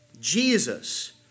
Jesus